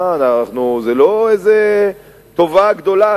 זה לא איזה טובה גדולה.